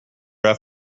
have